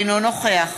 אינו נוכח